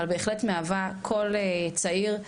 אבל בהחלט מהווה כל צעיר,